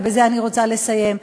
ובזה אני רוצה לסיים,